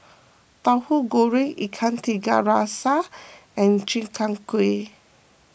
Tauhu Goreng Ikan Tiga Rasa and Chi Kak Kuih